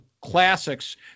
classics